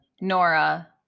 Nora